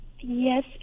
yes